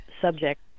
subject